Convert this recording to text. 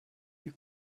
you